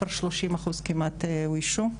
כבר 30% כמעט אוישו.